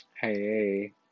Hey